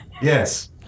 Yes